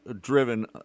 driven